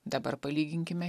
dabar palyginkime